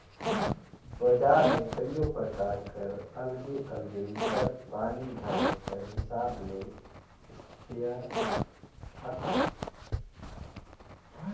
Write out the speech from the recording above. बजार में कइयो परकार कर अलगे अलगे लीटर पानी धरे कर हिसाब ले इस्पेयर आथे